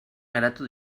geratu